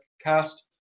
cast